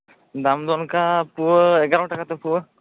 ᱫᱟᱢ ᱫᱚ ᱚᱱᱠᱟ ᱯᱩᱣᱟᱹ ᱮᱜᱟᱨᱚ ᱴᱟᱠᱟᱛᱮ ᱯᱩᱣᱟᱹ